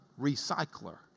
recycler